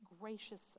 gracious